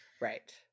Right